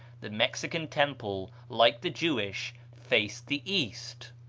the mexican temple, like the jewish, faced the east.